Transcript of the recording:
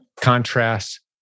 contrast